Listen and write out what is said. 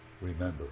Remember